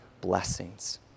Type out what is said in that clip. blessings